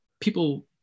people